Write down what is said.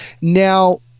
now